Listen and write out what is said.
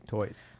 Toys